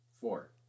Four